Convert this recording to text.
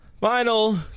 Final